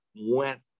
went